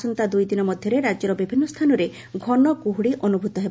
ଆସନ୍ତା ଦୁଇଦିନ ମଧ୍ୟରେ ରାଜ୍ୟର ବିଭିନ୍ନ ସ୍ଚାନରେ ଘନ କୁହୁଡ଼ି ଅନୁଭ୍ରତ ହେବ